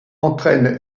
entraîne